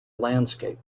landscape